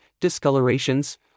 discolorations